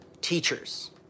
teachers